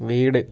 വീട്